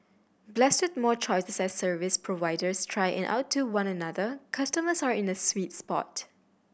blessed with more choices as service providers try and outdo one another customers are in a sweet spot